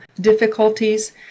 difficulties